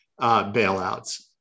bailouts